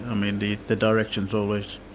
i mean the the direction's always,